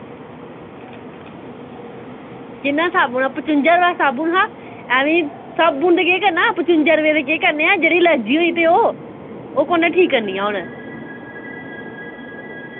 किन्ना साबुन हा पचुन्जा रपे दा साबुन हा ऐवें साबुन ते केह् करना पचुन्जा रपे बी केह् करने ऐ जेह्ड़ी लर्जी होई ते ओह् ओ कु'नै ठीक करनी ऐ हु'न